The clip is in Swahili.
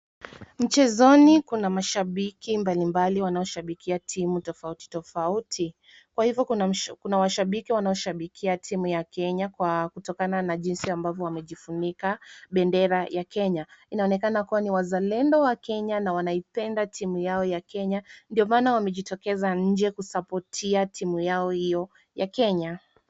Mchezoni kuna mashabiki mbalimbali wanaoshabikia timu tofauti tofauti. Kwa hivyo kuna mashabiki wanaoshabikia timu ya Kenya kwa kutokana na jinsi ambavyo wamejifunika bendera ya Kenya. Inaonekana kuwa ni wazalendo wa Kenya na waipenda timu yao ya Kenya ndio maana wamejitokeza nje kusapotia timu yao hiyo ya Kenya.